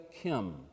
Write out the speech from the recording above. Kim